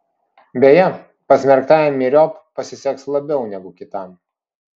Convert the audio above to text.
beje pasmerktajam myriop pasiseks labiau negu kitam